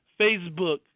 Facebook